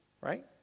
right